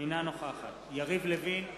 אינה נוכחת יריב לוין,